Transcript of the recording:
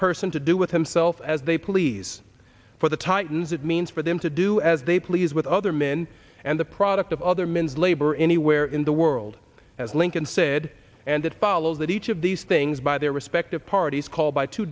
person to do with himself as they please for the titans it means for them to do as they please with other men and the product of other men's labor anywhere in the world as lincoln said and it follows that each of these things by their respective parties called by two